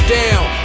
down